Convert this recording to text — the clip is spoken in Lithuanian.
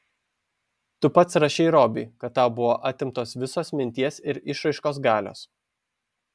tu pats rašei robiui kad tau buvo atimtos visos minties ir išraiškos galios